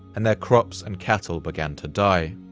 and their crops and cattle began to die.